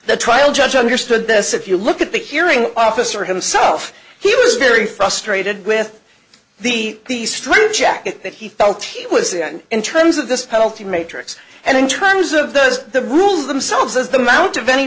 the trial judge understood this if you look at the hearing officer himself he was very frustrated with the these true jacket that he felt he was in in terms of this penalty matrix and in terms of those the rules themselves as the amount of any